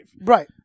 right